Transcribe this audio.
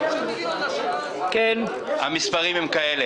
יש קריטריונים מאוד ברורים: כבישים אדומים,